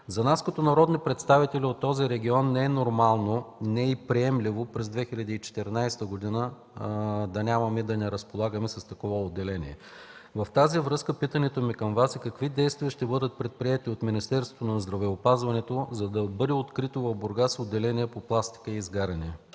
За нас, като народни представители от този регион, не е нормално и приемливо през 2014 г. да не разполагаме с такова отделение. В тази връзка питането ни към Вас е: какви действия ще бъдат предприети от Министерството на здравеопазването, за да бъде открито в Бургас отделение по „Пластика и изгаряния”?